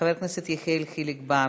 חבר הכנסת יחיאל חיליק בר,